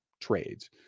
trades